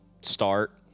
start